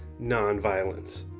nonviolence